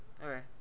Okay